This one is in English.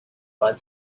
bud